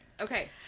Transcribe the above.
Okay